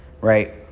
right